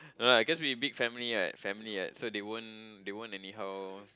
you know cause it's big family what family what so they won't they won't any host